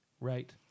right